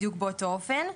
בדיוק באותו אופן.